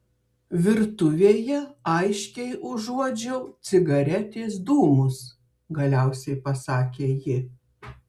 virtuvėje aiškiai užuodžiau cigaretės dūmus galiausiai pasakė ji